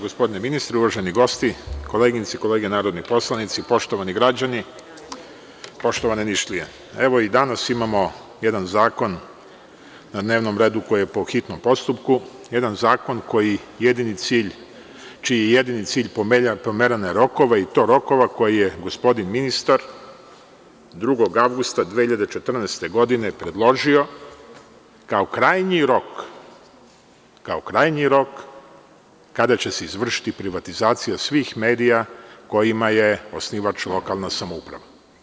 Gospodine ministre, uvaženi gosti, koleginice i kolege narodni poslanici, poštovani građani, poštovane Nišlije, evo i danas imamo jedan zakon na dnevnom redu koji je po hitnom postupku, jedan zakon čiji je jedini cilj pomeranje rokova i to rokova koje je gospodin ministar 02. avgusta 2014. godine predložio kao krajnji rok kada će se izvršiti privatizacija svih medija kojima je osnivač lokalna samouprava.